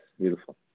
Beautiful